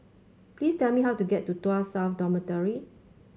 please tell me how to get to Tuas South Dormitory